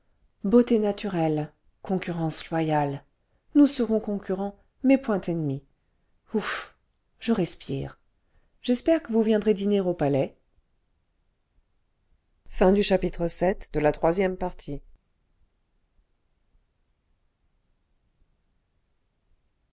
beautés naturelles concurrence loyale nous serons concurrents mais point ennemis ouf je respire j'espère que vous viendrez dîner au palais